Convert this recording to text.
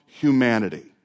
humanity